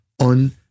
on